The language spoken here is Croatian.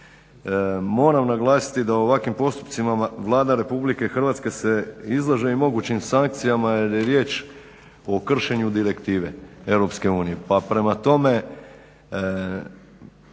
Moram naglasiti da u ovakvim postupcima Vlada RH se izlaže i mogućim sankcijama jer je riječ o kršenju direktive EU.